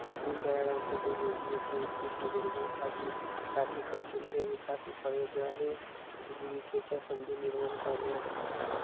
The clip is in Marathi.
दीनदयाळ अंत्योदय योजनेचे उद्दिष्ट गरिबांसाठी साठी कौशल्य विकास उपायाद्वारे उपजीविकेच्या संधी निर्माण करणे आहे